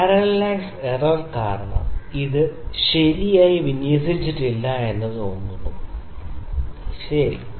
parallax പിശക് കാരണം ഇത് ശരിയായി വിന്യസിച്ചിട്ടില്ലെന്ന് തോന്നുന്നു ശരി